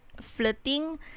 flirting